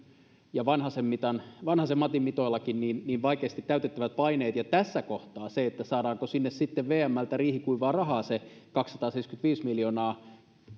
vanhasen matin mitoillakin vaikeasti täytettävät paineet ja tässä kohtaa se se saadaanko sinne sitten vmltä riihikuivaa rahaa se kaksisataaseitsemänkymmentäviisi miljoonaa